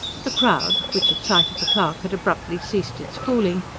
the crowd, which at sight of the clerk had abruptly ceased its fooling,